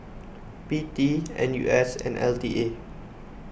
P T N U S and L T A